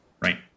right